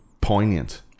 poignant